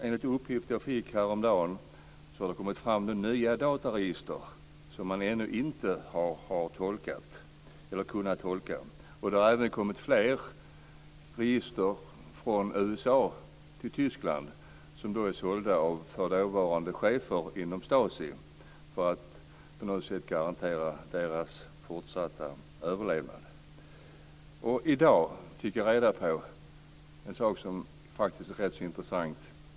Enligt uppgift som jag fick häromdagen har det kommit fram nya dataregister, som man ännu inte har kunnat tolka. Det har även till Tyskland från USA kommit flera register som har sålts av förutvarande chefer inom STASI som ett slags garanti för deras fortsatta överlevnad. I dag fick jag reda på något som faktiskt är rätt intressant.